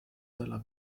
della